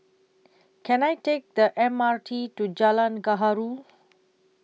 Can I Take The M R T to Jalan Gaharu